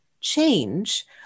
change